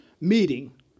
meeting